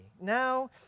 Now